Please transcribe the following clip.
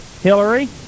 Hillary